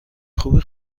خوبی